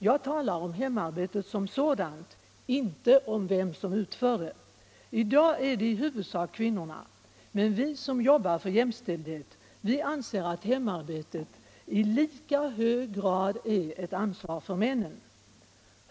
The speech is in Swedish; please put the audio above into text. Jag talar om hemarbetet som sådant, inte om vem som utför det. I dag är det i huvudsak kvinnorna, men vi som jobbar för jämställdhet anser att hemarbetet i lika hög grad är ett ansvar för männen.